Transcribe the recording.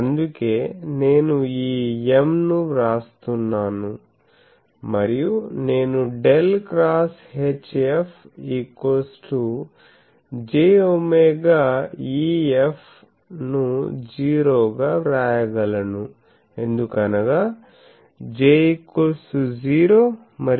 అందుకే నేను ఈ M ను వ్రాస్తున్నాను మరియు నేను ∇ X HF jω∈EF ను జీరో గా వ్రాయగలనుఎందుకనగా J 0 మరియు ∇